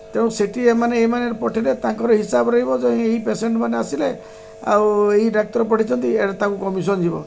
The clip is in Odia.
ତେଣୁ ସେଇଠି ଏମାନେ ଏମାନେ ପଠାଇଲେ ତାଙ୍କର ହିସାବ ରହିବ ଯେ ଏଇ ପେସେଣ୍ଟ୍ମାନେ ଆସିଲେ ଆଉ ଏଇ ଡାକ୍ତର ପଠାଇଛନ୍ତି ଏଇଟା ତାଙ୍କୁ କମିସନ୍ ଯିବ